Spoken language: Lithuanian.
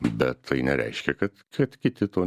bet tai nereiškia kad kad kiti to